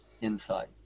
inside